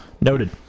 Noted